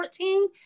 2014